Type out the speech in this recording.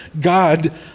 God